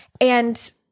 And-